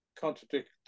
contradict